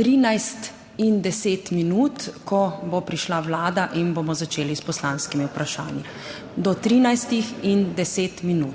13.10, ko bo prišla vlada in bomo začeli s poslanskimi vprašanji. (Seja je bila